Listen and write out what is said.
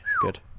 good